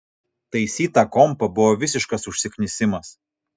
taisyt tą kompą buvo visiškas užsiknisimas